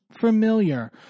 familiar